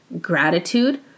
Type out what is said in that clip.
gratitude